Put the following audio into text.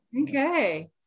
Okay